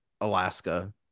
Alaska